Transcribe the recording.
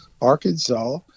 Arkansas